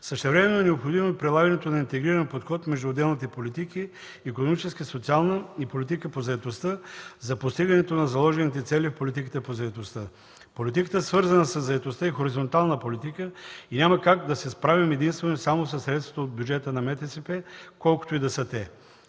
Същевременно е необходимо прилагането на интегриран подход между отделните политики – икономическа, социална и политика по заетостта, за постигането на заложените цели в политиката по заетостта. Политиката, свързана със заетостта, е хоризонтална политика и няма как да се справим единствено и само със средствата от бюджета на Министерството на труда